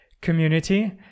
community